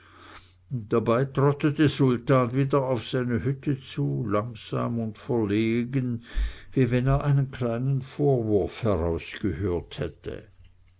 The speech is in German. dabei trottete sultan wieder auf seine hütte zu langsam und verlegen wie wenn er einen kleinen vorwurf herausgehört hätte